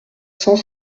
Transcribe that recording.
cent